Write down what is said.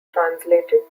translated